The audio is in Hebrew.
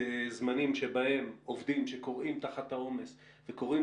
בזמנים בהם עובדים שכורעים תחת העומס וכורעים